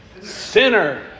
Sinner